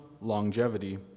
longevity